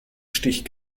stich